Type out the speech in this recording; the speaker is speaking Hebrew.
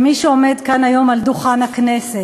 מי שעומד כאן היום על דוכן הכנסת